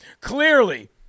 clearly